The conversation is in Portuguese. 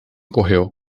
correu